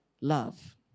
love